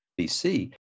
BC